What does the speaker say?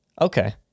Okay